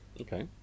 Okay